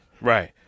Right